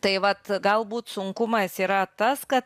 tai vat galbūt sunkumas yra tas kad